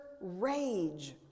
rage